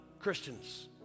Christians